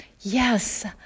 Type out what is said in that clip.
yes